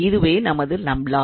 இதுவே நமது நெபியூலா